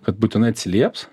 kad būtinai atsilieps